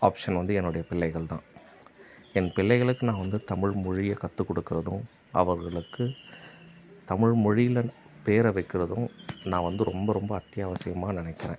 option வந்து என்னுடைய பிள்ளைகள் தான் என் பிள்ளைகளுக்கு நான் வந்து தமிழ்மொழிய கற்றுக் கொடுக்கறதும் அவர்களுக்கு தமிழ்மொழியில் பேர் வைக்கிறதும் நான் வந்து ரொம்ப ரொம்ப அத்தியாவசியமாக நினைக்கிறேன்